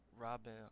Robin